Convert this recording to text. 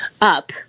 up